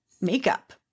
makeup